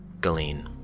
Galene